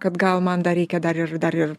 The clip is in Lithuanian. kad gal man dar reikia dar ir dar ir